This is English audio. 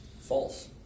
False